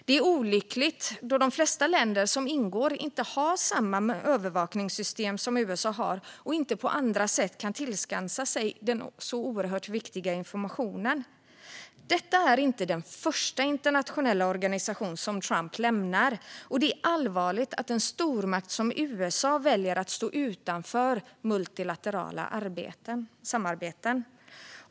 Det är olyckligt då de flesta länder som ingår inte har samma övervakningssystem som USA har och inte på andra sätt kan tillskansa sig den oerhört viktiga informationen. Detta är inte den första internationella organisation som Trump lämnar. Det är allvarligt att en stormakt som USA väljer att stå utanför multilaterala samarbeten.